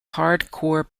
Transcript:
hardcore